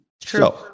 true